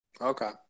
okay